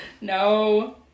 No